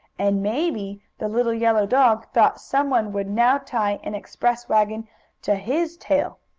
and maybe the little yellow dog thought some one would now tie an express wagon to his tail.